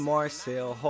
Marcel